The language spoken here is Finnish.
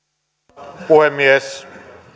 arvoisa puhemies